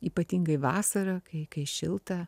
ypatingai vasarą kai kai šilta